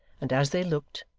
and as they looked,